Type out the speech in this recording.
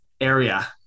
area